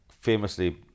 famously